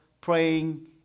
praying